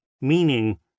meaning